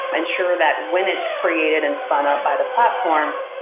ensure that when it's created and spun ah by the platform,